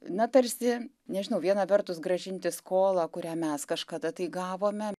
na tarsi nežinau viena vertus grąžinti skolą kurią mes kažkada tai gavome